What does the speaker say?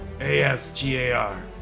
A-S-G-A-R